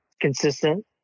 consistent